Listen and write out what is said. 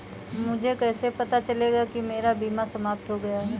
मुझे कैसे पता चलेगा कि मेरा बीमा समाप्त हो गया है?